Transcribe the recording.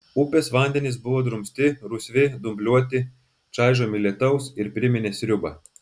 upės vandenys buvo drumsti rusvi dumbluoti čaižomi lietaus ir priminė sriubą